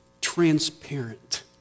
transparent